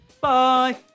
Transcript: Bye